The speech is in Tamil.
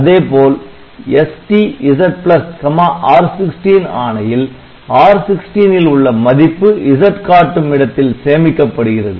அதேபோல் ST Z R16 ஆணையில் R16 ல் உள்ள மதிப்பு Z காட்டும் இடத்தில் சேமிக்கப்படுகிறது